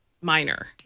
minor